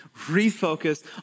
Refocus